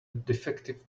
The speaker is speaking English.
defective